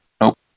nope